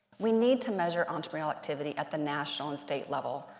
we need to measure entrepreneurial activity at the national and state level,